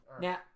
Now